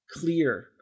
clear